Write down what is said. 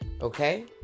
Okay